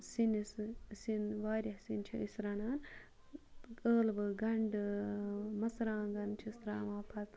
سِنِس واریاہ سِنۍ چھِ أسۍ رَنان ٲلوٕ گَنٛڈٕ مَژرٕوانٛگَن چھِس تراوان پَتہٕ